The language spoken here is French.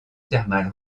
thermale